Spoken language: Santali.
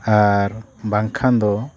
ᱟᱨ ᱵᱟᱝᱠᱷᱟᱱ ᱫᱚ